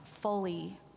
fully